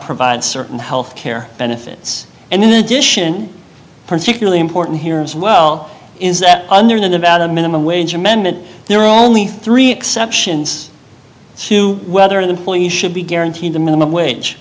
provided certain health care benefits and in addition particularly important here as well is that under the nevada minimum wage amendment there are only three exceptions to whether an employee should be guaranteed the minimum wage